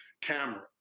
camera